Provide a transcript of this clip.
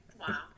Wow